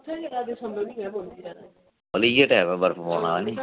मतलब कि इयै टाइम ऐ बर्फ पौने दा है नी